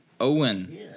Owen